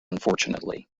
unfortunately